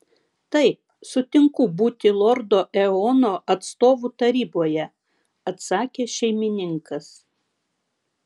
taip sutinku būti lordo eono atstovu taryboje atsakė šeimininkas